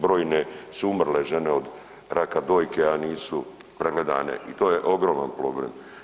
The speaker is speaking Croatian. Brojne su umrle žene od raka dojke, a nisu pregledan i to je ogroman problem.